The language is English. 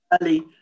early